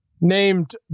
named